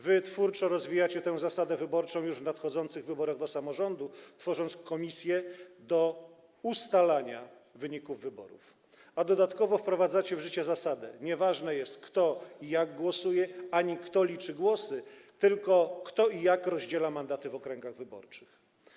Wy twórczo rozwijacie tę zasadę wyborczą już w nadchodzących wyborach do samorządu, tworząc komisję do ustalania wyników wyborów, a dodatkowo wprowadzacie w życie zasadę: nieważne jest, kto i jak głosuje ani kto liczy głosy, tylko kto i jak rozdziela mandaty w okręgach wyborczych.